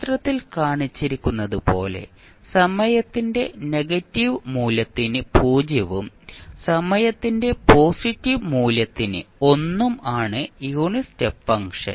ചിത്രത്തിൽ കാണിച്ചിരിക്കുന്നതുപോലെ സമയത്തിന്റെ നെഗറ്റീവ് മൂല്യത്തിന് 0 ഉം സമയത്തിന്റെ പോസിറ്റീവ് മൂല്യത്തിന് 1 ഉം ആണ് യൂണിറ്റ് സ്റ്റെപ്പ് ഫംഗ്ഷൻ